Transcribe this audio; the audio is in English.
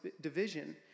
division